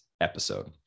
episode